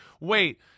wait